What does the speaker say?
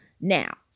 Now